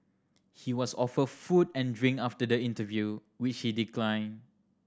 he was offered food and drink after the interview which he declined